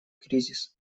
кризис